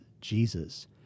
Jesus